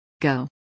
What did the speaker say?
Go